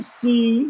see